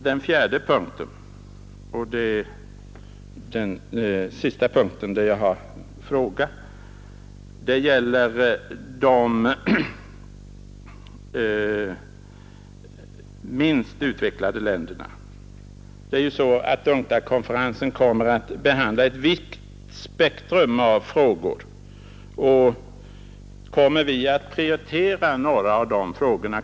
Den fjärde och sista punkten där jag har en fråga gäller de minst utvecklade länderna. UNCTAD-konferensen kommer ju att behandla ett vitt spektrum av frågor. Kommer vi att prioritera några av dessa frågor?